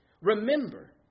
Remember